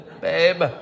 babe